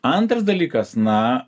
antras dalykas na